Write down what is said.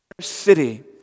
city